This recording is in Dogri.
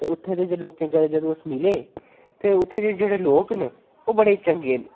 ते उत्थें दे जे लोकें कन्नै जदूं अस मिले ते उत्थें दे जेह्ड़े लोक न ओह् बड़े ई चंगे न